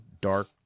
dark